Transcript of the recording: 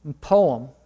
poem